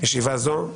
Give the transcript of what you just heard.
ישיבה זו נעולה.